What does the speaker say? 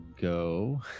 go